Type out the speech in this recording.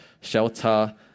shelter